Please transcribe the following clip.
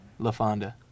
LaFonda